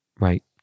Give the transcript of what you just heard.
right